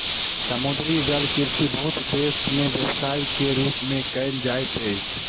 समुद्री जलकृषि बहुत देस में व्यवसाय के रूप में कयल जाइत अछि